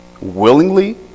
Willingly